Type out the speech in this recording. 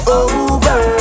over